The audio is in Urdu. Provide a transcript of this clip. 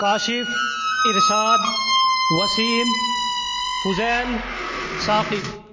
کاشف ارشاد وسیم فضیل ثاقب